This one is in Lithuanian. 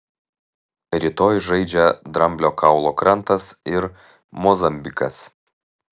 rytoj žaidžia dramblio kaulo krantas ir mozambikas